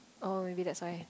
oh maybe that's why